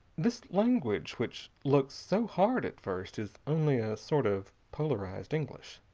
this language, which looks so hard at first, is only a sort of polarized english.